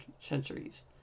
centuries